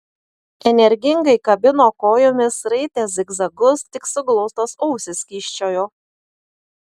energingai kabino kojomis raitė zigzagus tik suglaustos ausys kyščiojo